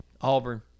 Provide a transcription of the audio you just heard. Auburn